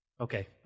okay